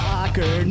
Soccer